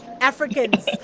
Africans